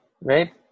Right